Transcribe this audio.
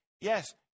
yes